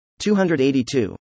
282